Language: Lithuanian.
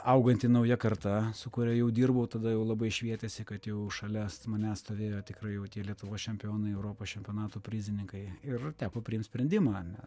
auganti nauja karta su kuria jau dirbau tada jau labai švietėsi kad jau šalia manęs stovėjo tikrai jau tie lietuvos čempionai europos čempionato prizininkai ir teko priimt sprendimą